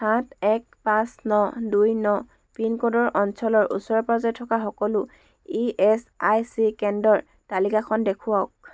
সাত এক পাঁচ ন দুই ন পিনক'ডৰ অঞ্চলৰ ওচৰে পাঁজৰে থকা সকলো ই এচ আই চি কেন্দ্ৰৰ তালিকাখন দেখুৱাওক